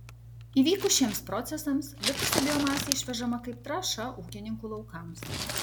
įvykus šiems procesams likusi biomasė išvežama kaip trąša ūkininkų laukams